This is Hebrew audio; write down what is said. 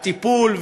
הטיפול,